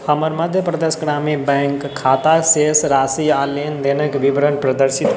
हमर मध्य प्रदेश ग्रामीण बैंक खाताकेँ शेष राशि आ लेन देनक विवरण प्रदर्शित करु